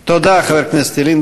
תודה, חבר הכנסת ילין.